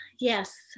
yes